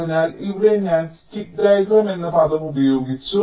അതിനാൽ ഇവിടെ ഞാൻ സ്റ്റിക്ക് ഡയഗ്രം എന്ന പദം ഉപയോഗിച്ചു